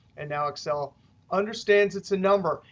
and now excel understands it's a number.